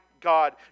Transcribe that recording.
God